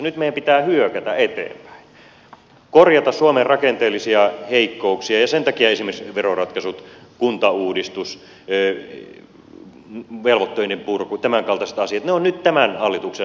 nyt meidän pitää hyökätä eteenpäin korjata suomen rakenteellisia heikkouksia ja sen takia esimerkiksi veroratkaisut kuntauudistus velvoitteiden purku tämänkaltaiset asiat ovat nyt tämän hallituksen vastuulla